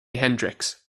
hendrix